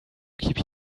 keep